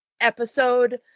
episode